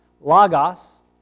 Lagos